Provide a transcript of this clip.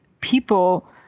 people